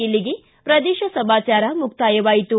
ಇಲ್ಲಿಗೆ ಪ್ರದೇಶ ಸಮಾಚಾರ ಮುಕ್ತಾಯವಾಯಿತು